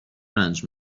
رنج